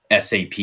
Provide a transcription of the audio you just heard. SAP